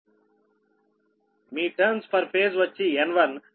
me turns for phase వచ్చి N1